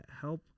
help